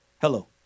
Hello